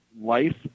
life